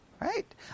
Right